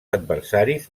adversaris